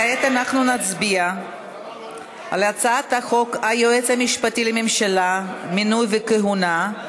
כעת נצביע על הצעת חוק היועץ המשפטי לממשלה (מינוי וכהונה),